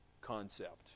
concept